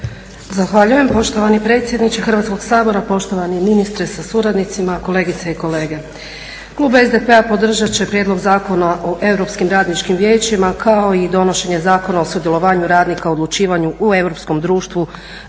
Zahvaljujem poštovani predsjedniče Hrvatskog sabora, poštovani ministre sa suradnicima, kolegice i kolege. Klub SDP-a podržat će prijedlog Zakona o europskim radničkim vijećima kao i donošenje Zakona o sudjelovanju radnika u odlučivanju u europskom društvu